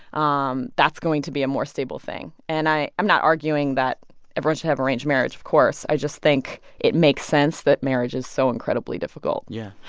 um that's going to be a more stable thing. and i i'm not arguing that everyone should have arranged marriage, of course. i just think it makes sense that marriage is so incredibly difficult yeah.